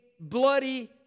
bloody